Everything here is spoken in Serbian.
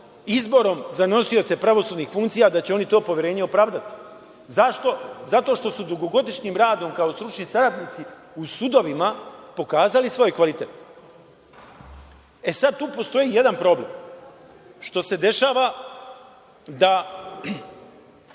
izborom za nosioce pravosudnih funkcija da će oni to poverenje opravdati. Zašto? Zato što su dugogodišnjim radom kao stručni saradnici u sudovima pokazali svoj kvalitet. Sada tu postoji jedan problem, što se dešava da